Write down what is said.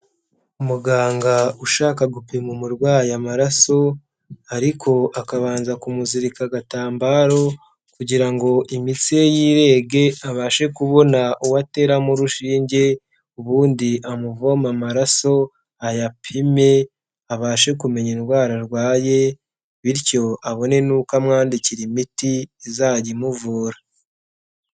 Umuganga ushaka gupima umurwayi amaraso ariko akabanza kumuzirika agatambaro kugira ngo imitsi ye yirege abashe kubona uwo ateramo urushinge ubundi amuvome amaraso ayapime abashe kumenya indwara arwaye bityo abone n'uko amwandikira imiti izajya imuvura.